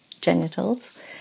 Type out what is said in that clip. genitals